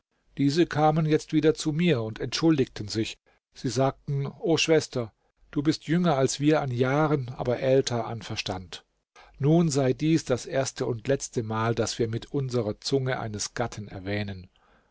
diese kamen jetzt wieder zu mir und entschuldigten sich sie sagten o schwester du bist jünger als wir an jahren aber älter an verstand nun sei dies das erste und letzte mal daß wir mit unserer zunge eines gatten erwähnen